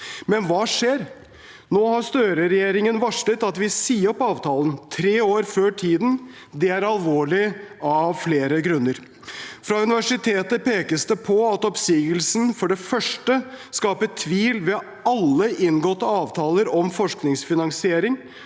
Men hva skjer? Nå har Støreregjeringen varslet at de vil si opp avtalen – tre år før tiden. Det er alvorlig av flere grunner. Fra universitetet pekes det på at oppsigelsen for det første skaper tvil rundt alle inngåtte avtaler om forskningsfinansiering.